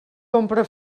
compra